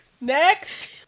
next